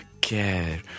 care